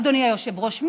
אדוני היושב-ראש?